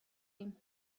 ایم